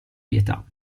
pietà